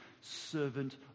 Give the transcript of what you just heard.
servant